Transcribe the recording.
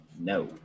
No